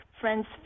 friends